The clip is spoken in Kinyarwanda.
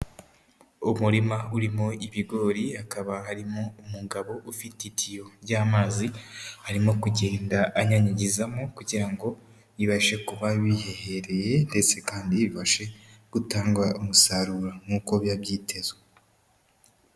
Umurima urimo ibigori, hakaba harimo umugabo ufite itiyo ry'amazi arimo kugenda anyanyagizamo kugira ngo bibashe kuba bihehereye ndetse kandi bibashe gutanga umusaruro nkuko biba byitezwe.